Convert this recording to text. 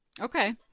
Okay